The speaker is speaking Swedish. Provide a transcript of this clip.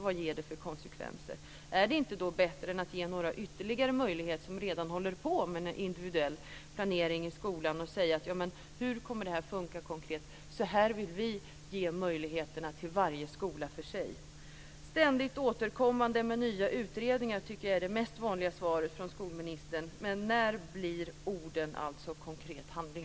Vad ger det för konsekvenser? Är det inte bättre att ge ytterligare några möjlighet som redan håller på med individuell planering i skolan och säga: Hur kommer detta att funka konkret? Och: Så här vill vi ge möjligheterna till varje skola för sig. Ständigt återkommande med nya utredningar - det tycker jag är det vanligaste svaret från skolministern. Men när blir orden konkret handling?